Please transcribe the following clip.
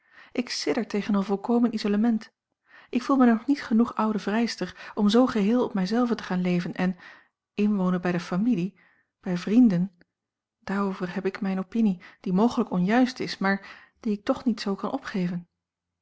ik sidder tegen een volkomen isolement ik voel mij nog niet genoeg oude vrijster om zoo geheel op mij zelve te gaan leven en inwonen bij de familie bij vrienden daarover a l g bosboom-toussaint langs een omweg heb ik mijne opinie die mogelijk onjuist is maar die ik toch niet zoo kan opgeven